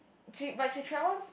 she but she travels